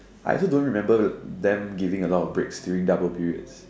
I also don't remember them giving a lot of breaks during double periods